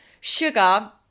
sugar